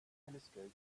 telescope